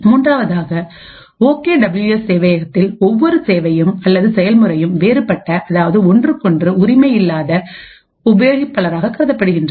மூன்றாவதாக O K W S சேவையகத்தில் ஒவ்வொரு சேவையும் அல்லது செயல்முறையும் வேறுபட்ட அதாவது ஒன்றுக்கொன்று உரிமை இல்லாத உபயோகிப்பாளராக கருதப்படுகின்றது